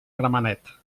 gramenet